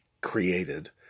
created